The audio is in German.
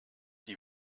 die